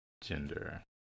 gender